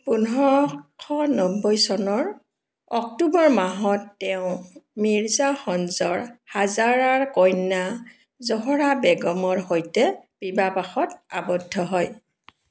পোন্ধৰশ নব্বৈ চনৰ অক্টোবৰ মাহত তেওঁ মিৰ্জা সঞ্জৰ হাজাৰাৰ কন্যা জোহৰা বেগমৰ সৈতে বিবাহপাশত আবদ্ধ হয়